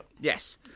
Yes